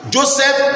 Joseph